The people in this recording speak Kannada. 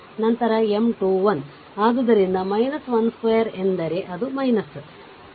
ಆದ್ದರಿಂದ 12 ಎಂದರೆ ಅದು